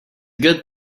good